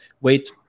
wait